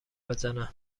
بزنه